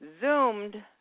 zoomed